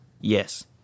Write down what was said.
yes